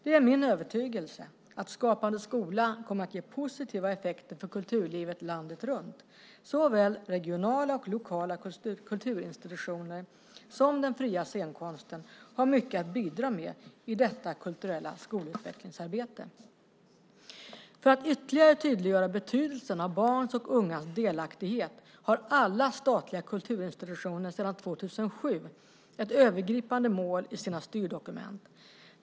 Det är min övertygelse att Skapande skola kommer att ge positiva effekter för kulturlivet landet runt. Såväl regionala och lokala kulturinstitutioner som den fria scenkonsten har mycket att bidra med i detta kulturella skolutvecklingsarbete. För att ytterligare tydliggöra betydelsen av barns och ungas delaktighet har alla statliga kulturinstitutioner sedan 2007 ett övergripande mål i sina styrdokument.